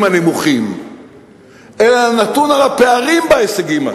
הנמוכים אלא נתון על הפערים בהישגים,